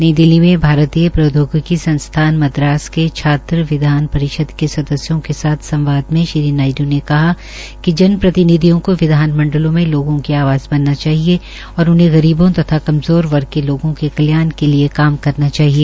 नई दिल्ली में भारतीय प्रौद्योगिकी संस्थान मद्रास के छात्र विधान परिषद के सदस्यों के साथ संवाद में श्री नायड्र ने कहा कि जन प्रतिनिधियों को विधानमंडलों में लोगों की आवाज बनना चाहिए और उन्हें गरीबों तथा निचले तबके के लोगों के कल्याण के लिए काम करना चाहिए